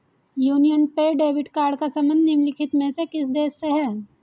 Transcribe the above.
Union Pay debit card का संबंध निम्नलिखित में से किस देश से है?